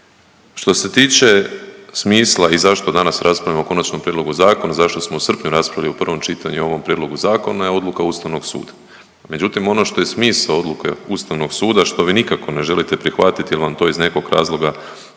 Što se tiče smisla i zašto danas raspravljamo o konačnom prijedlogu zakona, zašto smo u srpnju raspravljali u prvom čitanju o ovom prijedlogu zakona je odluka Ustavnog suda. Međutim, ono što je smisao odluke Ustavnog suda što vi nikako ne želite prihvatit jel vam to iz nekog razloga